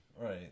right